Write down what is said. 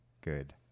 Good